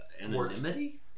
anonymity